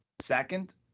Second